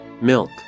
Milk